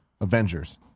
Avengers